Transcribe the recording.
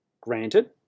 Granted